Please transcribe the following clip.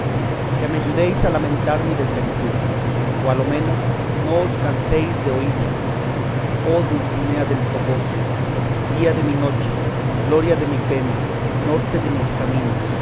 que me ayudéis a lamentar mi desventura o a lo menos no os canséis de oílla oh dulcinea del toboso día de mi noche gloria de mi pena norte de mis caminos